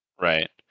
Right